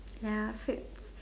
ya fake